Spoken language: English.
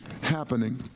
happening